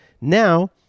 Now